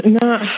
No